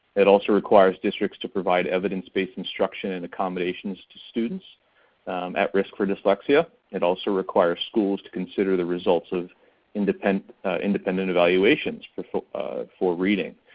it also requires districts to provide evidence-based instruction and accommodations to students at risk for dyslexia. it also requires schools to consider the results of independent independent evaluation for for um reading.